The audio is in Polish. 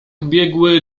biegły